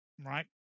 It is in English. right